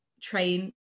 train